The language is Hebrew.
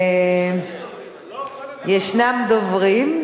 ישנם דוברים,